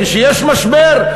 כשיש משבר,